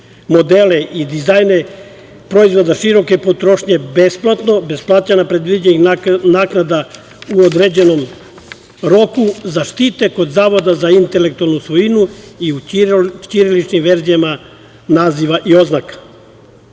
modele i dizajne proizvoda široke potrošnje besplatno, bez naknada u određenom roku zaštite kod Zavoda za intelektualnu svojinu i u ćiriličnim verzijama naziva i oznaka.